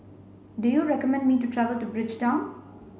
do you recommend me to travel to Bridgetown